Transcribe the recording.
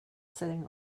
sitting